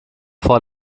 vor